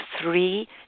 three